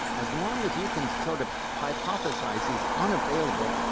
as long as you can sort of hypothesize these unavailable,